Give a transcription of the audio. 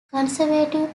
conservative